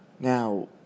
Now